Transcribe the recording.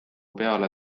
peale